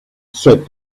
said